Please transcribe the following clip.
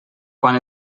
quan